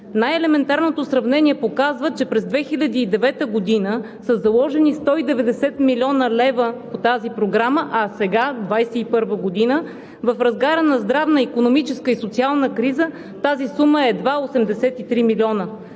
Най-елементарното сравнение показва, че през 2009 г. са заложени 190 млн. лв. по тази програма, а сега – 2021 г., в разгара на здравна, икономическа и социална криза тази сума е едва 83 милиона.